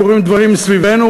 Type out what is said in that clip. וקורים דברים מסביבנו,